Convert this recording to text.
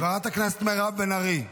חברת הכנסת מירב בן ארי.